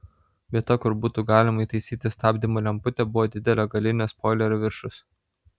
vieta kur būtų galima įtaisyti stabdymo lemputę buvo didelio galinio spoilerio viršus